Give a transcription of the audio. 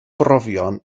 brofion